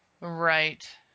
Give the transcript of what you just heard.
Right